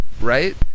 right